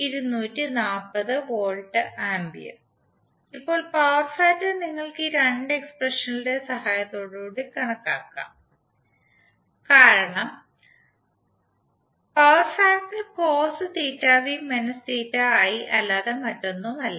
ഇപ്പോൾ power factor നിങ്ങൾക്ക് ഈ 2 എക്സ്പ്രഷനുകളുടെ സഹായത്തോടെ കണക്കാക്കാം കാരണം പവർ ഫാക്ടർ അല്ലാതെ മറ്റൊന്നുമല്ല